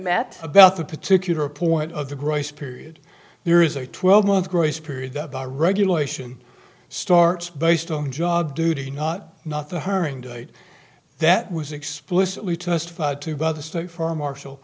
met about the particular point of the grace period there is a twelve month grace period that by regulation starts based on job duty not not the hiring date that was explicitly testified to by the state for marshall